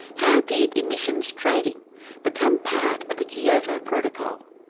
how did emissions trading become part of the kyoto protocol?